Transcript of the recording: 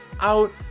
out